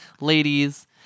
ladies